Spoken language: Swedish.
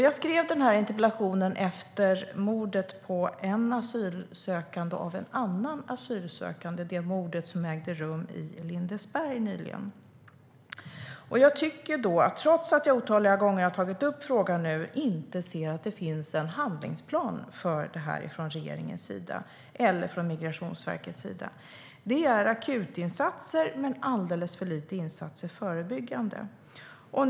Jag skrev interpellationen efter det mord på en asylsökande av en annan asylsökande som ägde rum i Lindesberg nyligen. Trots att jag har tagit upp frågan otaliga gånger tycker jag inte att jag ser att det finns en handlingsplan för detta från regeringens eller Migrationsverkets sida. Det är akutinsatser men alldeles för lite förebyggande insatser.